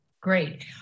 Great